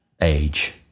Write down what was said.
age